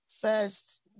First